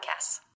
podcasts